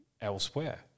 elsewhere